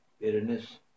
bitterness